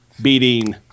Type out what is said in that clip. beating